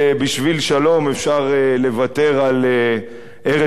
בשביל שלום אפשר לוותר על ארץ-ישראל,